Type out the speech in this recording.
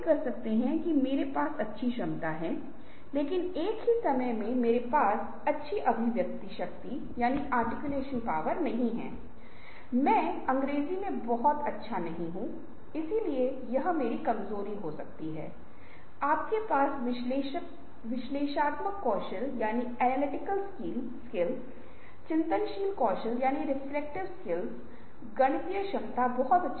चौथा piggy backing अच्छा है हर किसी को यह सुझाव देने के लिए प्रोत्साहित किया जाता है कि 2 या अधिक विचारों को मिलाकर दूसरों के विचारों को नए विचारों में कैसे बदला जा सकता है लेकिन विचार निर्माण की प्रक्रिया में कोई आलोचना नहीं है या किसी विशेष विचार के लिए कोई सवाल नहीं है